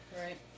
Right